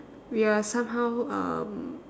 we are somehow um